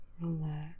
relax